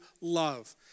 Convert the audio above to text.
love